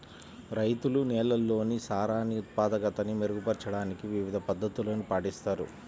రైతులు నేలల్లోని సారాన్ని ఉత్పాదకతని మెరుగుపరచడానికి వివిధ పద్ధతులను పాటిస్తారు